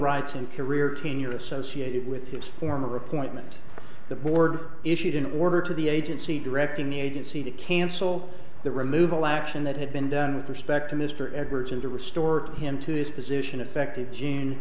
and career tenure associated with his former appointment the board issued an order to the agency directing the agency to cancel the removal action that had been done with respect to mr edwards and to restore him to his position effective june